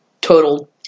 total